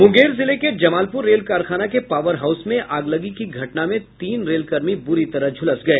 मुंगेर जिले के जमालपुर रेल कारखाना के पावर हाउस में आगलगी की घटना में तीन रेलकर्मी बुरी तरह से झुलस गए